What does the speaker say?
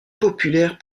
populaire